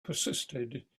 persisted